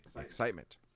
excitement